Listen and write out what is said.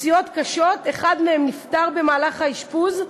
פציעות קשות, אחד מהם נפטר במהלך האשפוז,